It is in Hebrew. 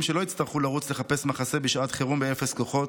שלא יצטרכו לרוץ לחפש מחסה בשעת חירום באפס כוחות.